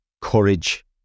courage